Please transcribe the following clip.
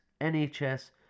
NHS